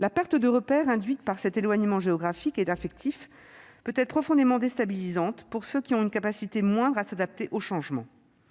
La perte de repères induite par cet éloignement géographique et affectif peut être profondément déstabilisante pour ceux qui ont une capacité moindre à s'adapter au changement.